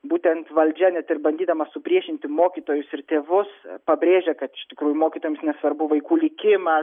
būtent valdžia net ir bandydama supriešinti mokytojus ir tėvus pabrėžia kad iš tikrųjų mokytojams nesvarbu vaikų likimas